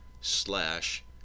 slash